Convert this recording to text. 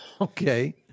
okay